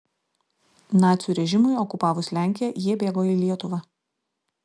nacių režimui okupavus lenkiją jie bėgo į lietuvą